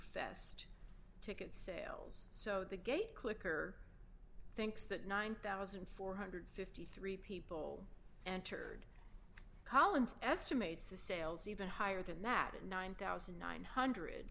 fest ticket sales so the gate clicker thinks that nine thousand four hundred and fifty three people answered collins estimates the sales even higher than that and nine thousand nine hundred